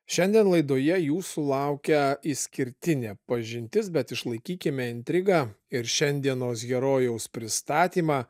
šiandien laidoje jūsų laukia išskirtinė pažintis bet išlaikykime intrigą ir šiandienos herojaus pristatymą